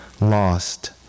lost